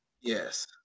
Yes